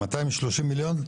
230 מיליון?